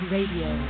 Radio